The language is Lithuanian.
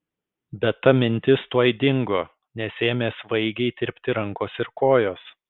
bet ta mintis tuoj dingo nes ėmė svaigiai tirpti rankos ir kojos